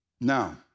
Now